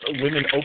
Women